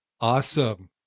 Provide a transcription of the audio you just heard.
Awesome